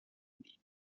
دید